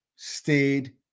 Stayed